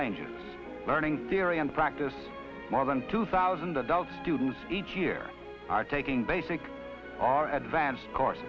ranges learning theory and practice more than two thousand adult students each year are taking basic our advanced course